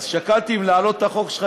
אז שקלתי אם להעלות את החוק שלך,